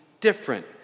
different